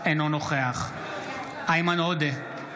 אינו נוכח איימן עודה,